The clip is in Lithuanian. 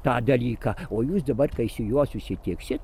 tą dalyką o jūs dabar kai su juo susitiksit